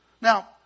Now